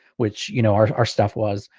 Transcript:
which you know, our our stuff was,